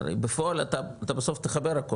הרי בפועל אתה בסוף תחבר הכול,